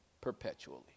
perpetually